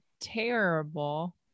terrible